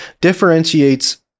differentiates